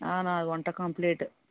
నా వంట కంప్లీట్